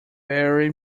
very